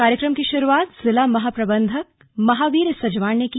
कार्यक्रम की शुरुआत जिला महाप्रबंधक महावीर सजवान ने की